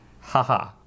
Haha